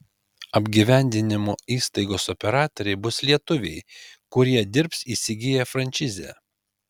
apgyvendinimo įstaigos operatoriai bus lietuviai kurie dirbs įsigiję frančizę